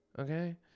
okay